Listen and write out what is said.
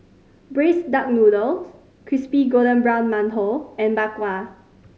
braised duck noodles crispy golden brown mantou and Bak Kwa